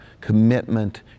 commitment